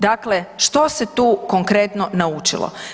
Dakle, što se tu konkretno naučilo?